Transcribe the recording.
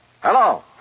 Hello